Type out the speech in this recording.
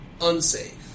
unsafe